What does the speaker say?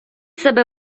себе